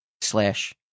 slash